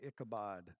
Ichabod